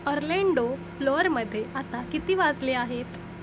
Orlando फ्लोअरमध्ये आता किती वाजले आहेत